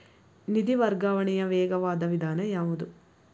ನಿಧಿ ವರ್ಗಾವಣೆಯ ವೇಗವಾದ ವಿಧಾನ ಯಾವುದು?